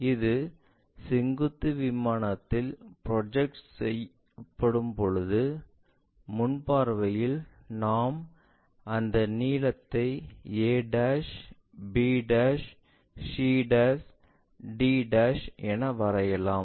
இது செங்குத்து விமானத்தில் ப்ரொஜெக்ட் செய்யப்படும் போது முன் பார்வையில் நாம் அந்த நீளத்தை a b c d என வரையலாம்